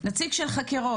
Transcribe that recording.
יש נציג של חקירות?